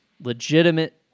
legitimate